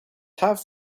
half